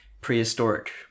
prehistoric